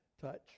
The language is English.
touch